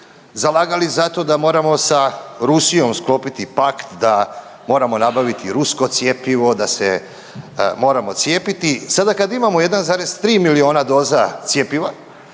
zalagali za to da moramo sa Rusijom sklopiti pakt da moramo nabaviti rusko cjepivo, da se moramo cijepiti. Sada kada imamo 1,3 milijuna doza cjepiva